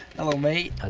hello, meat! ah